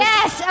Yes